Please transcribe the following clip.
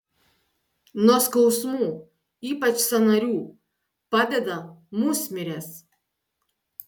nuo skausmų ypač sąnarių padeda musmirės